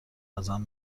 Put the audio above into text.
ازم